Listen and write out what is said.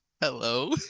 Hello